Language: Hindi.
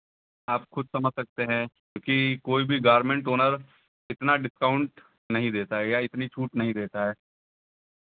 आप खुद समझ सकते हैं क्योंकि कोई भी गारमेन्ट ऑनर इतना डिस्काउंट नहीं देता है या इतनी छूट नहीं देता है